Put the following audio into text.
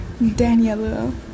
Daniela